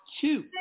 two